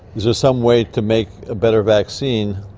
so some way to make a better vaccine,